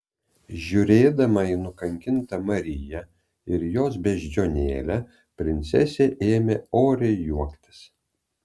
žiūrėdama į nukankintą mariją ir jos beždžionėlę princesė ėmė oriai juoktis